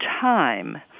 time